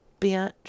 bitch